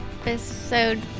episode